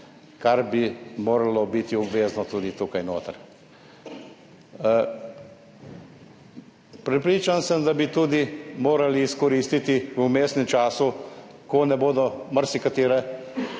To bi moralo biti obvezno tudi tukaj noter. Prepričan sem, da bi morali izkoristi v vmesnem času, ko marsikatere